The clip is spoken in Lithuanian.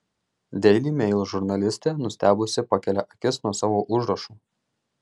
daily mail žurnalistė nustebusi pakelia akis nuo savo užrašų